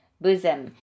bosom